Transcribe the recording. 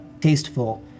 tasteful